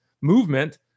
movement –